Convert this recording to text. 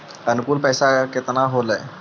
अनुकुल पैसा केतना होलय